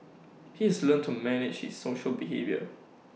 he has learnt to manage his social behaviour